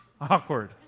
awkward